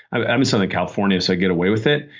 i'm in southern california so i get away with it,